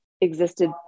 existed